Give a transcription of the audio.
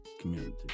community